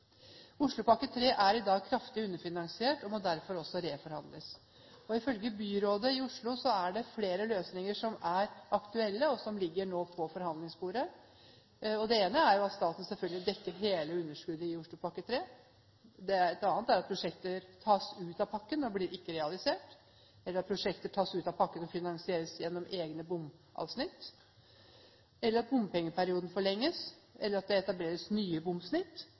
Oslopakke 3 er i dag kraftig underfinansiert og må derfor reforhandles. Ifølge byrådet i Oslo er det flere løsninger som er aktuelle, og som nå ligger på forhandlingsbordet. Den ene er at staten dekker hele underskuddet i Oslopakke 3. En annen er at prosjekter tas ut av pakken og ikke blir realisert, eller at prosjekter tas ut av pakken og finansieres gjennom egne bomsnitt, eller at bompengeperioden forlenges, eller at det etableres nye bomsnitt,